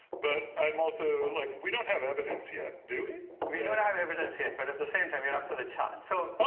but um also like we don't have evidence yet, do we? we don't have evidence yet, but at the same time you're up for the challenge. so ah